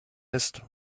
ist